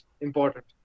important